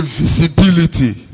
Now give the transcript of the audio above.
visibility